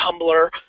tumblr